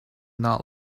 not